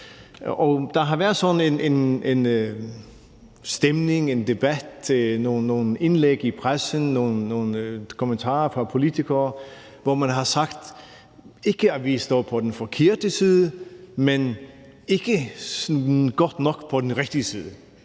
Der har været sådan en stemning, en debat, nogle indlæg i pressen, nogle kommentarer fra politikere, hvor man har sagt, ikke at vi står på den forkerte side, men at vi ikke sådan godt nok står på den rigtige side.